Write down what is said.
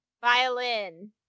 Violin